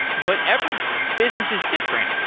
but every business is different.